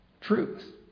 Truth